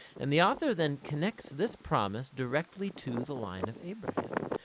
and the author then connects this promise directly to the line of abraham.